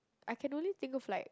I can only think of like